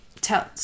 tell